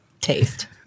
taste